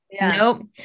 Nope